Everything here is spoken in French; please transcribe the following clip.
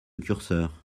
curseur